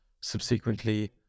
subsequently